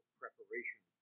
preparation